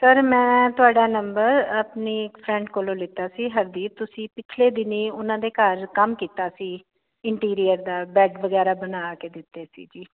sir ਮੈਂ ਤੁਹਾਡਾ number ਆਪਣੀ ਇੱਕ ਫਰੈਂਡ ਕੋਲੋਂ ਲਿਤਾ ਸੀ ਹਰਦੀਪ ਤੁਸੀਂ ਪਿਛਲੇ ਦਿਨੀਂ ਉਹਨਾਂ ਦੇ ਘਰ ਕੰਮ ਕੀਤਾ ਸੀ ਇੰਟੀਰੀਅਰ ਦਾ ਬੈਡ ਵਗੈਰਾ ਬਣਾ ਕੇ ਦਿੱਤੇ ਸੀ ਜੀ